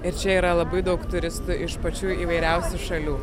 ir čia yra labai daug turistų iš pačių įvairiausių šalių